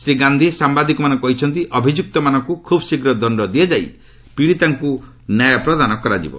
ଶ୍ରୀ ଗାନ୍ଧି ସାମ୍ବାଦିକମାନଙ୍କୁ କହିଛନ୍ତି ଅଭିଯୁକ୍ତମାନଙ୍କୁ ଖୁବ୍ ଶୀଘ୍ର ଦଶ୍ଡ ଦିଆଯାଇ ପୀଡ଼ିତାଙ୍କୁ ନି୍ୟାୟ ପ୍ରଦାନ କରାଯିବ